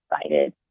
excited